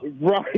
Right